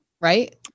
right